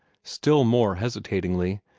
still more hesitatingly,